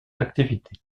activité